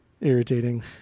irritating